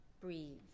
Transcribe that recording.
breathe